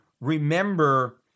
remember